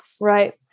Right